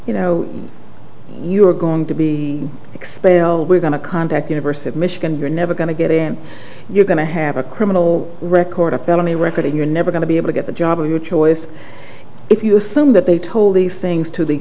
you know you're going to be expelled we're going to contact university of michigan you're never going to get in you're going to have a criminal record academy record and you're never going to be able to get the job of your choice if you assume that they told these things to the